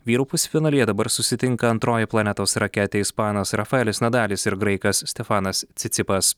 vyrų pusfinalyje dabar susitinka antroji planetos raketė ispanas rafaelis nadalis ir graikas stefanas cicipas